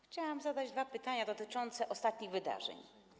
Chciałam zadać dwa pytania dotyczące ostatnich wydarzeń.